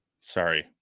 sorry